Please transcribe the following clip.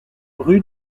rue